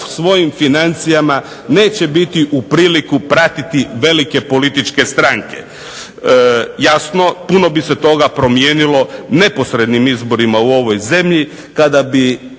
svojim financijama neće biti u prilici pratiti velike političke stranke. Jasno, puno bi se toga promijenilo neposrednim izborima u ovoj zemlji, tada bi